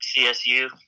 CSU